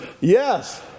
yes